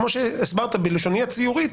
כמו שהסברת בלשוני הציורית,